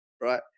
right